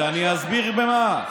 אז אני אסביר במה.